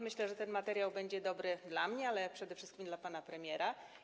Myślę, że ten materiał będzie dobry dla mnie, ale przede wszystkim dla pana premiera.